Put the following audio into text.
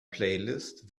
playlist